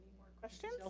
more questions?